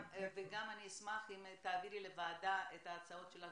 וגם אני אשמח אם תעבירי לוועדה את ההצעות שלך